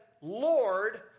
Lord